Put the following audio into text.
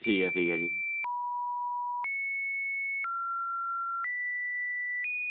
ठीक ऐ ठीक ऐ जी